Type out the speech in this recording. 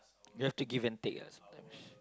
you have to give and take ah sometimes